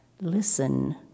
Listen